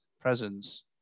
presence